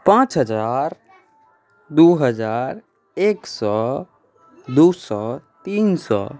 पाँच हजार दुइ हजार एक सओ दू सओ तीन सओ